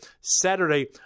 Saturday